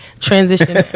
transition